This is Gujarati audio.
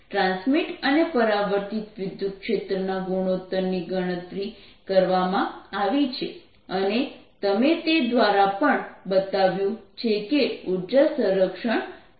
ટ્રાન્સમીટ અને પરાવર્તિત વિદ્યુતક્ષેત્રના ગુણોત્તરની ગણતરી કરવામાં આવી છે અને તમે તે દ્વારા પણ બતાવ્યું છે કે ઉર્જા સંરક્ષણ થાય છે